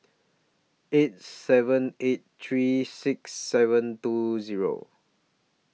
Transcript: eight seven eight three six seven two Zero